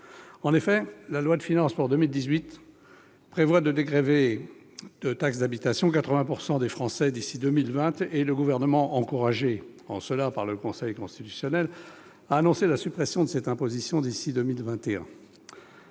En effet, la loi de finances pour 2018 prévoit de dégrever de taxe d'habitation 80 % des Français d'ici à 2020 et le Gouvernement, « encouragé » en cela par le Conseil constitutionnel, a annoncé la suppression totale de cette imposition d'ici à 2021.